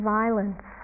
violence